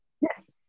Yes